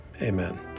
amen